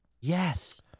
Yes